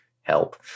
help